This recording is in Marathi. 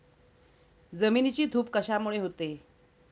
जमिनीची धूप कशामुळे होते?